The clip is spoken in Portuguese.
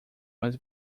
mais